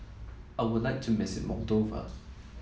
I would like to miss it Moldova